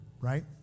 right